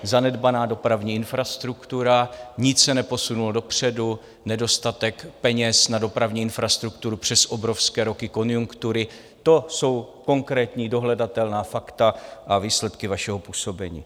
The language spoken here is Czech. Zanedbaná dopravní infrastruktura, nic se neposunulo dopředu, nedostatek peněz na dopravní infrastrukturu přes obrovské roky konjunktury to jsou konkrétní dohledatelná fakta a výsledky vašeho působení.